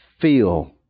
feel